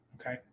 okay